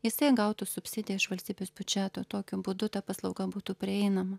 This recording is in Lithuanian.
jisai gautų subsidiją iš valstybės biudžeto tokiu būdu ta paslauga būtų prieinama